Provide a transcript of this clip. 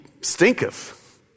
stinketh